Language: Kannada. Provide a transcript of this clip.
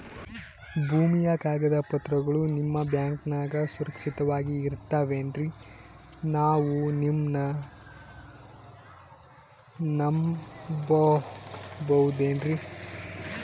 ಭೂಮಿಯ ಕಾಗದ ಪತ್ರಗಳು ನಿಮ್ಮ ಬ್ಯಾಂಕನಾಗ ಸುರಕ್ಷಿತವಾಗಿ ಇರತಾವೇನ್ರಿ ನಾವು ನಿಮ್ಮನ್ನ ನಮ್ ಬಬಹುದೇನ್ರಿ?